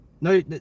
no